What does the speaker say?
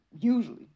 usually